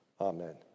Amen